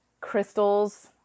crystals